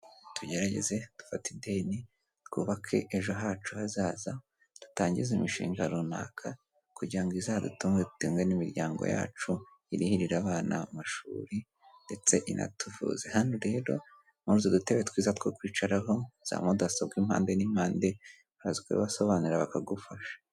Tugerageze dufate ideni twubake ejo hacu hazaza dutangize imishinga runaka kugira ngo izadutunge dutunge n'imiryango yacu, irihirire abana amashuri ndetse inatuvuze, hano rero muri utu dutebe twiza two kwicaraho, za mudasobwa impande n'impande, uraza ugasobanuza bakagufasha.